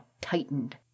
tightened